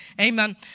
Amen